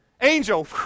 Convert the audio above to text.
Angel